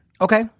Okay